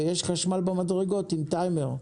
ויש חשמל במדרגות עם טיימר.